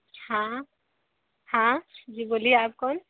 हाँ हाँ जी बोलिए आप कौन